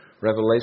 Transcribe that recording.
Revelation